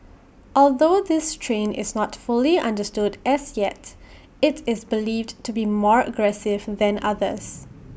although this strain is not fully understood as yet IT is believed to be more aggressive than others